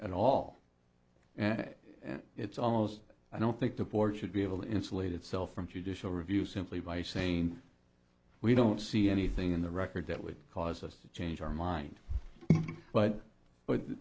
and it's almost i don't think the board should be able to insulate itself from judicial review simply by saying we don't see anything in the record that would cause us to change our mind but